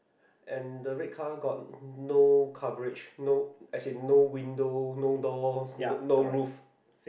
and the red car got no coverage no as in no window no door no no roof